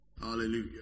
Hallelujah